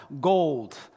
gold